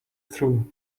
through